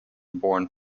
borne